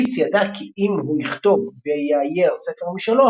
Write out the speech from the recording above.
קיטס ידע כי אם הוא יכתוב ויאייר ספר משלו,